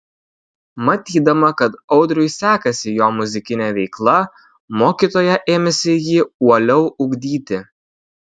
matydama kad audriui sekasi jo muzikinė veikla mokytoja ėmėsi jį uoliau ugdyti